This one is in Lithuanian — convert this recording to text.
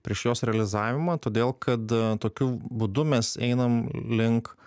prieš jos realizavimą todėl kad tokiu būdu mes einam link